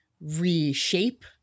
reshape